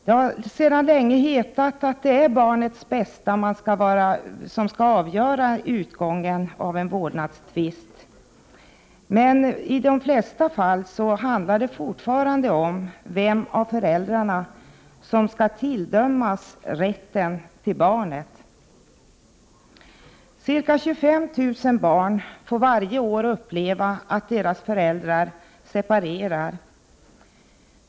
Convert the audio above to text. Det har sedan länge hetat att det är barnets bästa som skall vara avgörande för utgången i vårdnadstvister, men i de flesta fall handlar det fortfarande om vem av föräldrarna som skall tilldömas rätten till barnet. Ca 25 000 barn får varje år uppleva att deras föräldrar separerar.